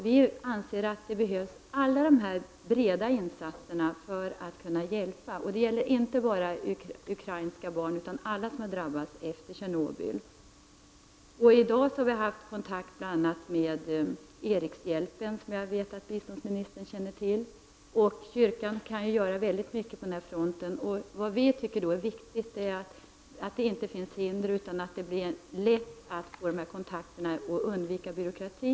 Vi anser att alla de här breda insatserna behövs för att vi skall kunna hjälpa. Det gäller inte bara ukrainska barn utan alla som har drabbats efter olyckan i Tjernobyl. I dag har jag haft kontakt med bl.a. Erikshjälpen, som jag vet att biståndsministern känner till. Kyrkan kan göra mycket på den här fronten. Vad vi tycker är viktigt är att det inte finns hinder utan att det blir lätt att få kontakter och att undvika byråkrati.